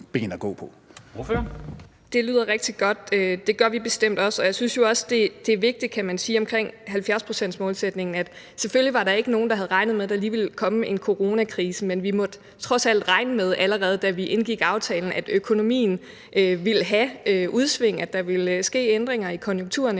Anne Paulin (S): Det lyder rigtig godt. Det gør vi bestemt også. Jeg synes jo også, det er vigtigt at sige omkring 70-procentsmålsætningen, at der selvfølgelig ikke var nogen, der havde regnet med, at der lige ville komme en coronakrise. Men vi måtte trods alt regne med, allerede da vi indgik aftalen, at økonomien ville have udsving; der ville ske udvikling i konjunkturerne